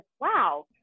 wow